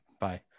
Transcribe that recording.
bye